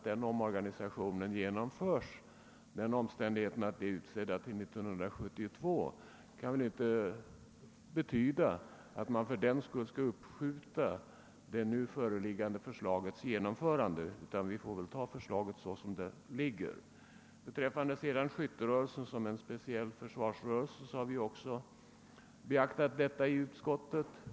Den omständigheten att de kungliga representanterna är utsedda fram till 1972 kan väl inte få leda till att genomförandet av det nu föreliggande förslaget uppskjuts, utan detta förslag får godtas såsom det är utformat. Kravet på att skytterörelsen skall betraktas som en försvarsrörelse har vi också beaktat i utskottet.